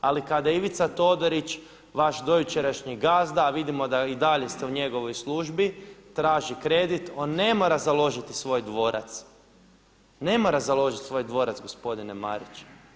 Ali kada Ivica Todorić, vaš dojučerašnji gazda a vidimo da i dalje ste u njegovoj službi traži kredit on ne mora založiti svoj dvorac, ne mora založiti svoj dvorac gospodine Marić.